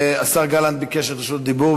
השר גלנט ביקש רשות דיבור.